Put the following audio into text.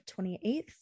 28th